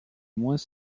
moins